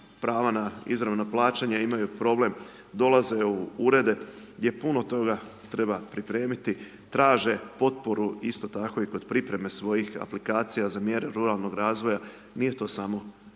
prava na izravna plaćanja imaju problem, dolaze u urede gdje puno toga treba pripremiti, traže potporu isti tako i kod pripreme svojih aplikacija za mjere ruralnog razvoja, nije to samo